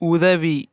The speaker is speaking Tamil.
உதவி